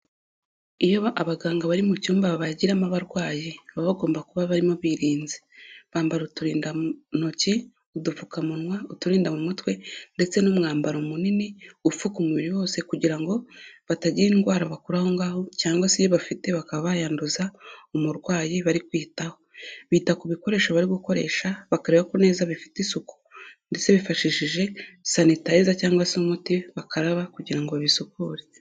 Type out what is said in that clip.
Iyo abaganga bari mu cyumba babagiramo abarwayi, baba bagomba kuba barimo birinze, bambara uturinda ntoki, udupfukamunwa, uturinda mu mutwe, ndetse n'umwambaro munini ufuka umubiri wose kugira ngo batagira indwara bakura aho ngaho, cyangwa se iyo bafite bakaba bayandunza umurwayi bari kwitaho. Bita kubikoresho bari gukoresha bakereba ko neza bifite isuku, ndetse bifashishije sanitayiza cyangwa se umuti bakaraba kugira ngo babisukure.